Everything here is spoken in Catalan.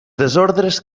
desordres